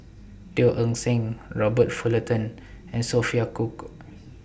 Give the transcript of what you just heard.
Teo Eng Seng Robert Fullerton and Sophia Cooke